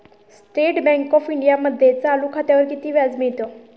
State bank of इंडियामध्ये चालू खात्यावर किती व्याज मिळते?